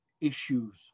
issues